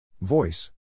Voice